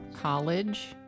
college